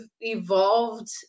evolved